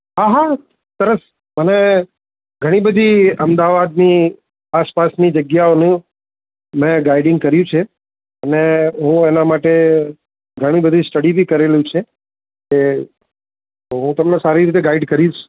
હા હા સરસ મને ઘણી બધી અમદાવાદની આસપાસની જગ્યાઓનું મે ગાઇડિંગ કર્યું છે અને હું એના માટે ઘણી બધી સ્ટડી બી કરેલું છે એ હું તમને સારી રીતે ગાઈડ કરીશ